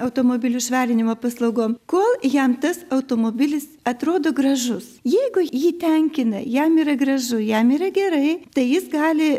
automobilių švarinimo paslaugom kol jam tas automobilis atrodo gražus jeigu jį tenkina jam yra gražu jam yra gerai tai jis gali